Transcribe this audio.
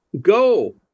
go